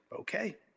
okay